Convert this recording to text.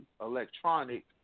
electronic